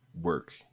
work